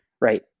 right